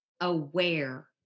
aware